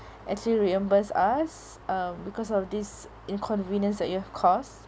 actually reimburse us uh because of this inconvenience that you have caused